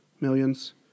Millions